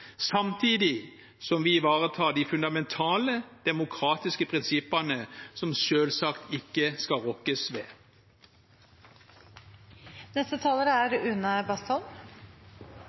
samtidig som vi ivaretar de fundamentale demokratiske prinsippene som selvsagt ikke skal rokkes